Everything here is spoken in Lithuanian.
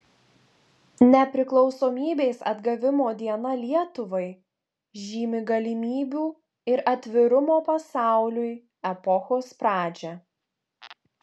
nepriklausomybės atgavimo diena lietuvai žymi galimybių ir atvirumo pasauliui epochos pradžią